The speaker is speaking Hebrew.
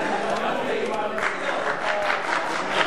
(תיקוני חקיקה),